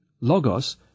Logos